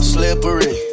Slippery